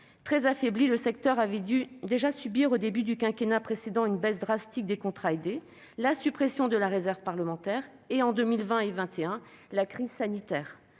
Très affaibli, le secteur avait déjà dû subir au début du quinquennat précédent une baisse drastique des contrats aidés, la suppression de la réserve parlementaire et, en 2020 et en 2021, la crise sanitaire.